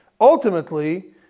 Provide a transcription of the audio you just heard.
Ultimately